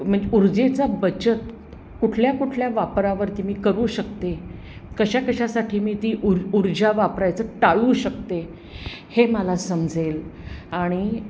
म्हणजे ऊर्जेचा बचत कुठल्या कुठल्या वापरावरती मी करू शकते कशा कशासाठी मी ती ऊर ऊर्जा वापरायचं टाळू शकते हे मला समजेल आणि